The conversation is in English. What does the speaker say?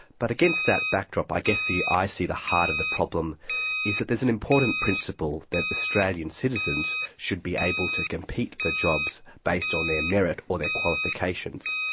but against that backdrop i guess i see the heart of the problem is that there is an important principle that australian citizens should be able to compete for jobs based on their merit or their qualifications,